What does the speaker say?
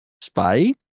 spy